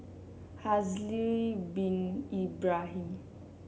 Haslir Bin Ibrahim